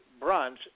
Brunch